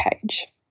page